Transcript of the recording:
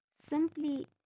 Simply